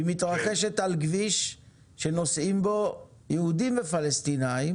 היא מתרחשת על כביש שנוסעים בו יהודים ופלסטינאים